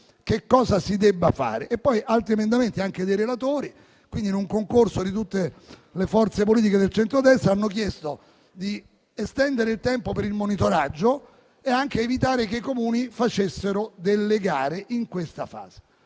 che cosa si debba fare. Vi sono poi altri emendamenti anche dei relatori che, in un concorso di tutte le forze politiche del centrodestra, hanno chiesto di estendere il tempo per il monitoraggio ed evitare che i Comuni facessero delle gare in questa fase.